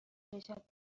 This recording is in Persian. کشد